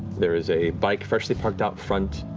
there is a bike freshly parked out front,